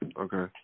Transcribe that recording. Okay